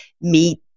meet